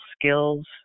skills